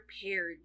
prepared